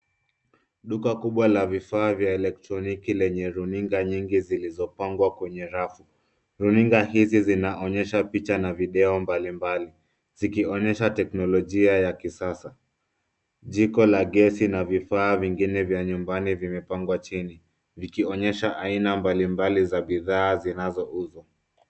Duka kubwa la vifaa vya eletroniki lenye runinga nyingi zilizopangwa kwenye rafu. Runinga hizi zinaonyesha picha na video mbalimbali; zikionyesha teknolojia ya kisasa. Jiko la gesi na vifaa vingine vya nyumbani vimepangwa chini vikionyesha aina mbalimbali za bidhaa zinazouzwa.